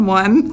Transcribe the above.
one